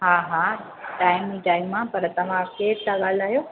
हा हा टाइम ई टाइम आहे पर तव्हां केरु था ॻाल्हायो